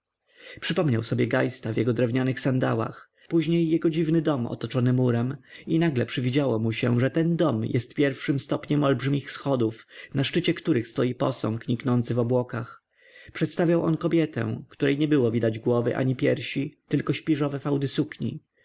przypomniał sobie geista w drewnianych sandałach później jego dziwny dom otoczony murem i nagle przywidziało mu się że ten dom jest pierwszym stopniem olbrzymich schodów na szczycie których stoi posąg niknący w obłokach przedstawiał on kobietę której nie było widać głowy ani piersi tylko śpiżowe fałdy sukni